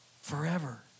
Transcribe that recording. forever